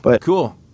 Cool